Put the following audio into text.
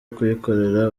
kuyikorera